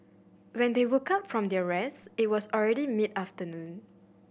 when they woke up from their rest it was already mid afternoon